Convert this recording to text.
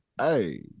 Hey